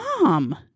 mom